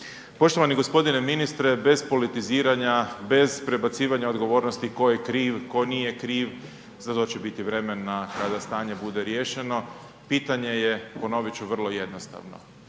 Poštovani gospodine ministre, bez politiziranja, bez prebacivanja odgovornosti tko je kriv, tko nije kriv, za to će biti vremena kada stanje bude riješeno, pitanje je ponovit ću vrlo jednostavno.